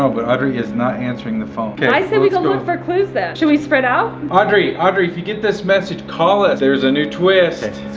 ah but audrey is not answering the phone i say we go look for clues, then. should we spread out? audrey, audrey, if you get this message, call us. there's a new twist.